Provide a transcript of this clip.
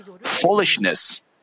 foolishness